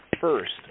First